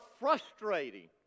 frustrating